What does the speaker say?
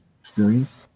experience